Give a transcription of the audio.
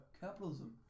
capitalism